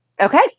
Okay